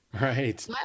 Right